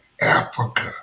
Africa